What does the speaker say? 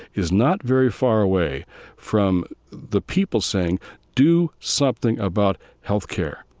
is not very far away from the people saying do something about health care.